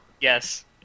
Yes